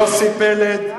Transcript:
יוסי פלד,